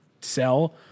sell